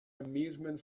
amusement